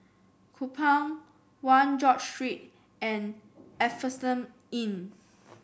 Kupang One George Street and Asphodel Inn